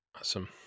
Awesome